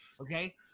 okay